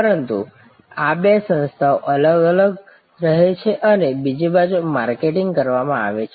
પરંતુ આ બે સંસ્થાઓ અલગ અલગ રહે છે અને બીજી બાજુ માર્કેટિંગ કરવામાં આવે છે